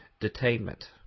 detainment